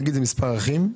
נגיד זה מספר אחים.